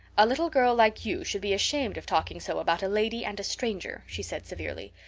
a little girl like you should be ashamed of talking so about a lady and a stranger, she said severely.